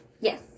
Yes